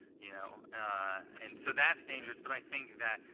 you know and so that's dangerous. but i think that,